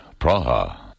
Praha